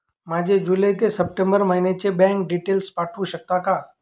माझे जुलै ते सप्टेंबर महिन्याचे बँक डिटेल्स पाठवू शकता का?